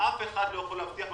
אף אחד לא יכול להבטיח,